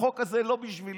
החוק הזה לא בשבילי.